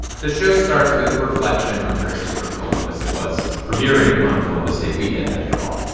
the show starts with a reflection on christopher columbus. it was premiering on columbus day weekend after all